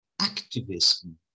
activism